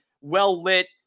well-lit